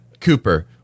Cooper